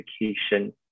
education